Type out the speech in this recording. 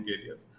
areas